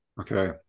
Okay